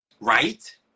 Right